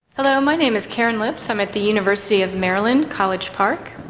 hello, my name is karen lips, i'm at the university of maryland, college park.